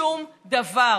שום דבר.